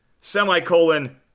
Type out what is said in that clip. Semicolon